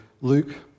Luke